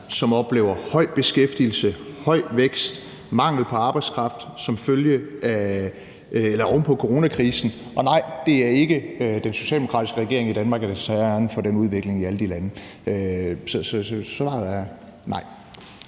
som oplever høj beskæftigelse, høj vækst, mangel på arbejdskraft oven på coronakrisen. Og nej, det er ikke den socialdemokratiske regering i Danmark, der kan tage æren for den udvikling i alle de lande. Så svaret er nej.